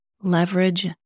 leverage